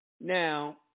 Now